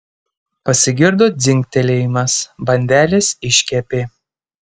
pasigirdo dzingtelėjimas bandelės iškepė